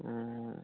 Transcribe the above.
অঁ